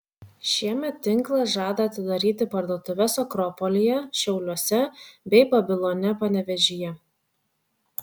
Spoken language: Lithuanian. šiemet tinklas žada atidaryti parduotuves akropolyje šiauliuose bei babilone panevėžyje